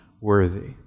worthy